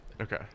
Okay